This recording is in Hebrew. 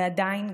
ועדיין,